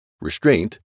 restraint